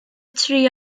tri